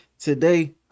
Today